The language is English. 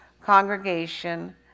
congregation